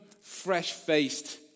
fresh-faced